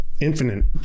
infinite